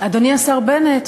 אדוני השר בנט,